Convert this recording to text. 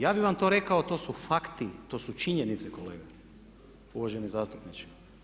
Ja bih vam to rekao, to su fakti, to su činjenice kolega, uvaženi zastupniče.